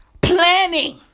Planning